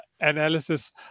analysis